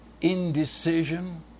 indecision